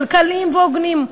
כלכליים והוגנים.